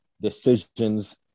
decisions